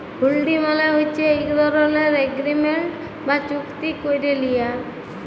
হুল্ডি মালে হছে ইক ধরলের এগ্রিমেল্ট বা চুক্তি ক্যারে লিয়া